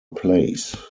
plays